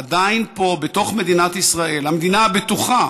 עדיין פה, בתוך מדינת ישראל, המדינה הבטוחה,